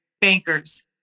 Bankers